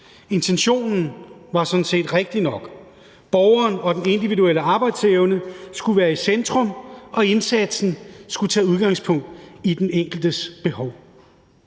Intentionen var sådan set rigtig nok: Borgeren og den individuelle arbejdsevne skulle være i centrum, og indsatsen skulle tage udgangspunkt i den enkeltes behov.